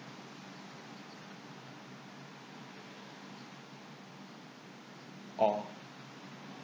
orh